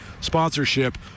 sponsorship